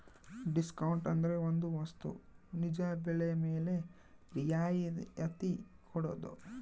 discount ಅಂದ್ರೆ ಒಂದ್ ವಸ್ತು ನಿಜ ಬೆಲೆ ಮೇಲೆ ರಿಯಾಯತಿ ಕೊಡೋದು